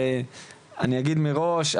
אני אגיד מראש,